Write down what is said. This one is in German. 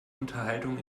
unterhaltung